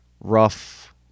rough